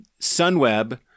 sunweb